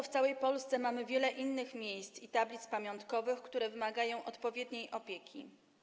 W całej Polsce mamy wiele innych miejsc i tablic pamiątkowych, które wymagają odpowiedniej opieki.